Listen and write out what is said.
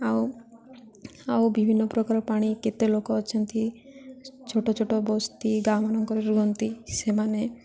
ଆଉ ଆଉ ବିଭିନ୍ନ ପ୍ରକାର ପାଣି କେତେ ଲୋକ ଅଛନ୍ତି ଛୋଟ ଛୋଟ ବସ୍ତି ଗାଁ ମାନଙ୍କରେ ରୁହନ୍ତି ସେମାନେ